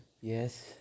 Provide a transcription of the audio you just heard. yes